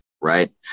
Right